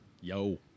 Yo